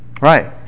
Right